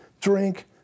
drink